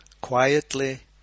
Quietly